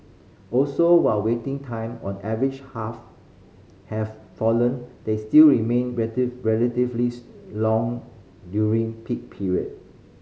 also while waiting time on average half have fallen they still remain relatively long during peak period